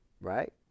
right